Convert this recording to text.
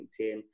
LinkedIn